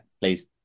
please